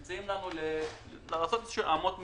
הם מציעים לנו לעשות אמות מידה,